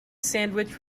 sandwich